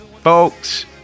folks